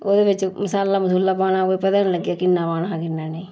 ओह्दे बिच्च मसाला मुसाला पाना कोई पता नी लग्गेआ किन्ना पाना हा किन्ना नेईं